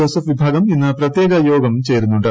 Joseph വിഭാഗം ഇന്ന് പ്രത്യേക യോഗം ചേരുന്നുണ്ട്